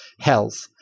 health